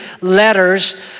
letters